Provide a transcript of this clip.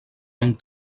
amb